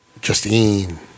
Justine